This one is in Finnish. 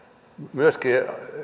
myöskin